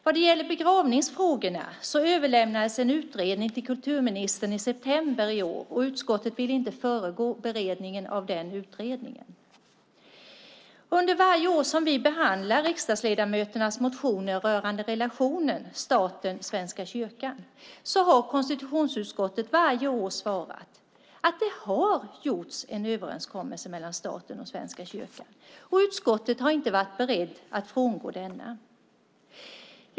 När det gäller begravningsfrågorna överlämnades en utredning till kulturministern i september i år, och utskottet vill inte föregå beredningen av den utredningen. Under varje år som vi behandlar riksdagsledamöternas motioner rörande relationen mellan staten och Svenska kyrkan har konstitutionsutskottet varje år svarat att det har gjorts en överenskommelse mellan staten och Svenska kyrkan, och utskottet har inte varit berett att frångå denna.